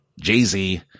Jay-Z